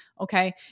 Okay